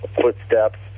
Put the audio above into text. footsteps